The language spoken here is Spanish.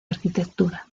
arquitectura